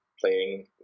playing